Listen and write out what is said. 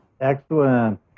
excellent